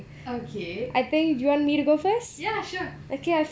okay ya sure